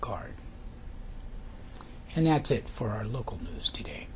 guard and that's it for our local news today